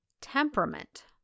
Temperament